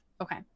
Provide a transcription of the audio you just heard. Okay